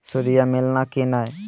सुदिया मिलाना की नय?